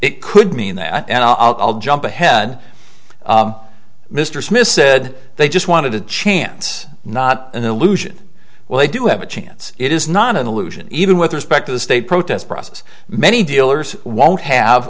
it could mean that and i'll jump ahead mr smith said did they just want to chance not an illusion well they do have a chance it is not an illusion even with respect to the state protest process many dealers won't have